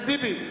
ביבי,